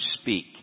speak